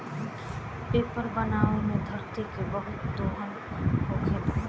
paper बनावे मे धरती के बहुत दोहन होखेला